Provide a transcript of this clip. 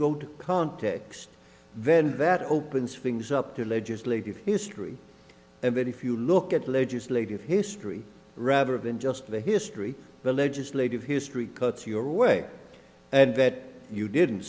to context then that opens fings up to legislative history and if you look at the legislative history rather than just the history the legislative history cuts your way and that you didn't